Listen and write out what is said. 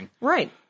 right